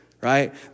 right